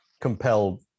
compelled